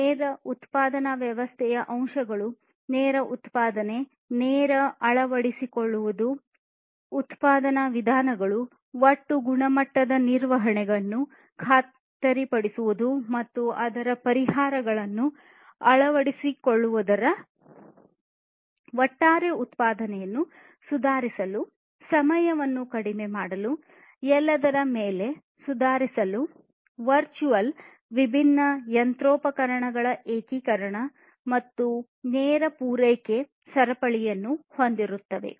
ನೇರ ಉತ್ಪಾದನಾ ವ್ಯವಸ್ಥೆಯ ಅಂಶಗಳು ನೇರ ಉತ್ಪಾದನೆ ನೇರ ಅಳವಡಿಸಿಕೊಳ್ಳುವುದು ಉತ್ಪಾದನಾ ವಿಧಾನಗಳು ಒಟ್ಟು ಗುಣಮಟ್ಟದ ನಿರ್ವಹಣೆಯನ್ನು ಖಾತರಿಪಡಿಸುವುದು ಮತ್ತು ಅದರ ಪರಿಹಾರಗಳನ್ನು ಅಳವಡಿಸಿಕೊಳ್ಳುವುದು ಒಟ್ಟಾರೆ ಉತ್ಪಾದನೆಯನ್ನು ಸುಧಾರಿಸಲು ಸಮಯವನ್ನು ಕಡಿಮೆ ಮಾಡಲು ಎಲ್ಲದರ ಮೇಲೆ ಸುಧಾರಿಸಲು ವರ್ಚುವಲ್ ವಿಭಿನ್ನ ಯಂತ್ರೋಪಕರಣಗಳ ಏಕೀಕರಣ ಮತ್ತು ನೇರ ಪೂರೈಕೆ ಸರಪಳಿಯನ್ನು ಹೊಂದಿರುತ್ತದೆ